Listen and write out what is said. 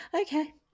Okay